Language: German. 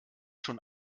schon